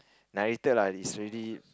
narrator lah is really